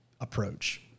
approach